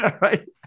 right